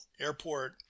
Airport